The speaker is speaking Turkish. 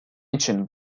için